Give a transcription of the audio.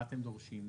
מה אתם דורשים מהם?